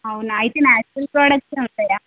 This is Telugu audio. అవునా అయితే న్యాచురల్ ప్రోడక్ట్సే ఉంటాయా